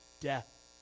death